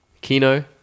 Kino